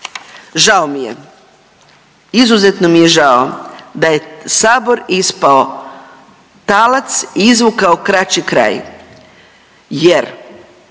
Žao mi je. Izuzetno mi je žao da je Sabor ispao talac i izvukao kraći kraj jer